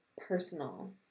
personal